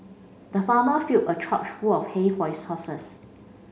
the farmer filled a trough full of hay for his horses